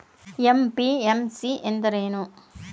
MPMC ಎಂದರೇನು?